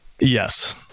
yes